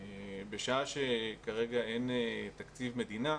בשעה שכרגע אין תקציב מדינה,